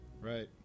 right